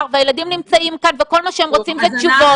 והילדים נמצאים כאן וכל מה שהם רוצים זה תשובות,